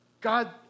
God